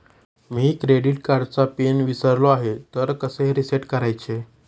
मी credit कार्डचा pin विसरलो आहे तर कसे रीसेट करायचे?